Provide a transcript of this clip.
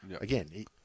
again